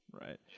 right